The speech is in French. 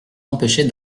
empêcher